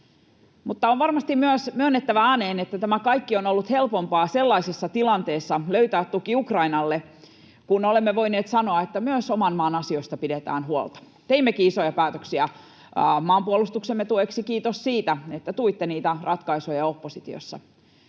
Mutta on varmasti myös myönnettävä ääneen, että tämä kaikki, tuen löytäminen Ukrainalle, on ollut helpompaa sellaisessa tilanteessa, kun olemme voineet sanoa, että myös oman maan asioista pidetään huolta. Teimmekin isoja päätöksiä maanpuolustuksemme tueksi — kiitos siitä, että tuitte niitä ratkaisuja oppositiossa.